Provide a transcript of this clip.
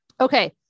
Okay